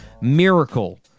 Miracle